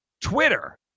Twitter